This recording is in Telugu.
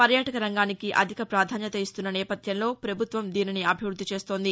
పర్యాటక రంగానికి అధిక పాధాన్యత ఇస్తున్న నేపథ్యంలో ప్రభుత్వం దీనిని అభివృద్ది చేస్తోంది